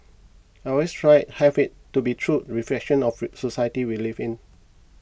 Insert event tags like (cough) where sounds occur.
I always tried have it to be true reflection of (noise) society we live in